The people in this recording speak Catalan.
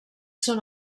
són